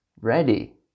ready